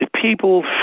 people